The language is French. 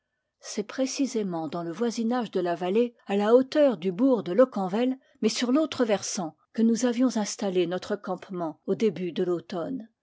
c'est précisément dans le voisinage de la vallée à la hauteur du bourg de locquenvel mais sur l'autre ver sant que nous avions installé notre campement au début de